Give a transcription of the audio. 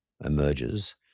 emerges